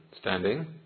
standing